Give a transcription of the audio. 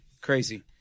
Crazy